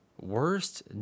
Worst